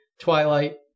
Twilight